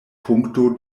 punkto